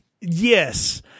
Yes